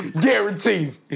Guaranteed